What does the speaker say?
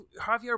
Javier